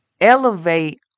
elevate